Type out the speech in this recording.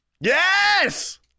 Yes